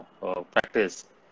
practice